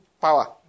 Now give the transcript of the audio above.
power